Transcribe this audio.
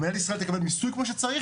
ומדינת ישראל תקבל מיסוי כמו שצריך